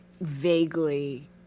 vaguely